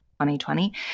2020